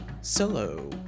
solo